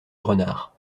renard